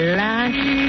last